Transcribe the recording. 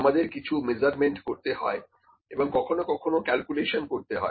আমাদের কিছু মেজারমেন্ট করতে হয় এবং কখনো কখনো ক্যালকুলেশন করতে হয়